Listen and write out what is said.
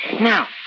Now